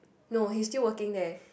no he's still working there